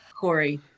Corey